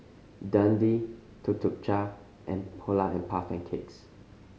Dundee Tuk Tuk Cha and Polar and Puff Cakes